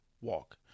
walk